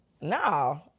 No